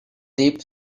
deep